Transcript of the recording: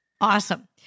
Awesome